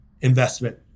investment